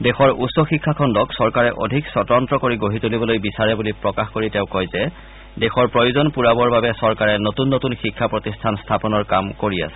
দেশৰ উচ্চ শিক্ষা খণ্ডক চৰকাৰে অধিক স্বতন্ত কৰি গঢ়ি তুলিবলৈ বিচাৰে বুলি প্ৰকাশ কৰি তেওঁ কয় যে দেশৰ প্ৰয়োজন পূৰাবৰ বাবে চৰকাৰে নতুন নতুন শিক্ষা প্ৰতিষ্ঠান স্থাপনৰ কাম কৰি আছে